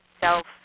self